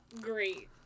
great